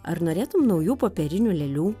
ar norėtum naujų popierinių lėlių